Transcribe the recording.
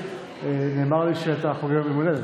נאמר לי שאתה חוגג יום הולדת,